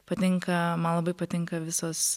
patinka man labai patinka visos